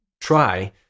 try